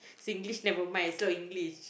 Singlish never mind is so English